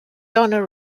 donna